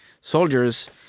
soldiers